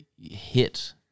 hit